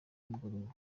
mugoroba